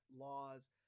laws